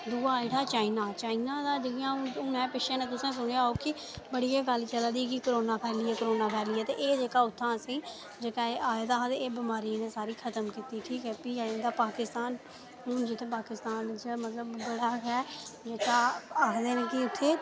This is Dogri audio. दूआ आई दा चाइना चाइना दा जेह्का हून ऐ पिच्छें नेहें तुसें सुनेआ होग कि बड़ी गै गल्ल चला दी ही की कोरोना फैली गेआ कोरोना फैली गेआ ते एह् जेह्का उत्थां असेंगी आए दा हा ते एह् बमारी सारी ठीक कीती भी आई जंदा पाकिस्तान हून जित्तें पाकिस्तान बड़ा गै जेह्का आखदे न की उत्थें